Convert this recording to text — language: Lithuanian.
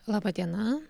laba diena